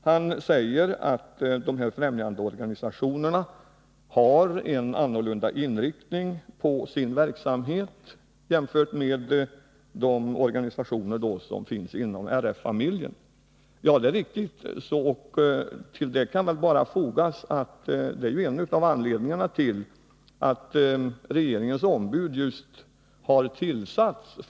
Börje Stensson sade att främjandeorganisationerna har en annan inriktning på sin verksamhet än de organisationer som finns inom RF-familjen. Det är riktigt. Till det kan fogas att detta är en av anledningarna till att regeringens ombud har tillsatts.